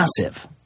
massive